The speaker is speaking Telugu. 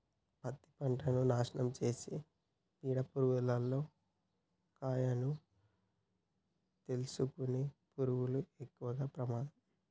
పత్తి పంటను నాశనం చేసే పీడ పురుగుల్లో కాయను తోలుసుకునే పురుగులు ఎక్కవ ప్రమాదం